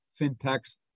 fintechs